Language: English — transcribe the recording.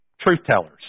truth-tellers